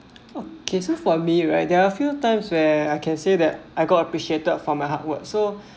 okay so for me right there are a few times where I can say that I got appreciated for my hard work so